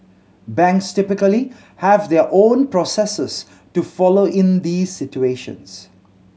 banks typically have their own processes to follow in these situations